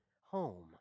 home